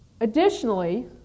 Additionally